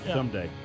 Someday